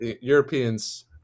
Europeans